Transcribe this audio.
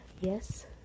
Yes